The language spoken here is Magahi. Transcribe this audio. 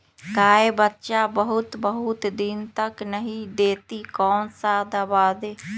गाय बच्चा बहुत बहुत दिन तक नहीं देती कौन सा दवा दे?